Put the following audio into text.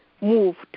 moved